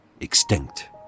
extinct